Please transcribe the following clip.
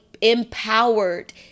empowered